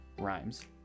rhymes